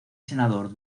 senador